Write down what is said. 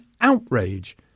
outrage